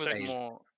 more